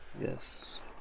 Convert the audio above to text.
yes